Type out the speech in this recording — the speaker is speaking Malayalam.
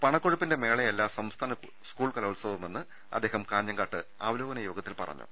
പണക്കൊഴുപ്പിന്റെ മേളയല്ല സംസ്ഥാന സ്കൂൾ കലോത്സവമെന്നും അദ്ദേഹം കാഞ്ഞങ്ങാട്ട് അവലോകന യോഗത്തിൽ പറഞ്ഞു